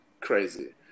crazy